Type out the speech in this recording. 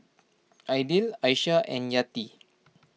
Aidil Aisyah and Yati